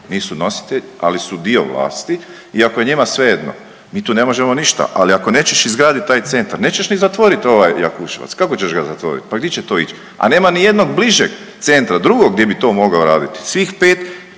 nisu nositelji, ali su dio vlasti i ako je njima svejedno mi tu ne možemo ništa, ali ako nećeš izgradit taj centar, nećeš ni zatvorit ovaj Jakuševac, kako ćeš ga zatvorit, pa gdi će to ić, a nema nijednog bližeg centra drugog gdje bi to mogao raditi, svih 5